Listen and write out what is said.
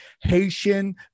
Haitian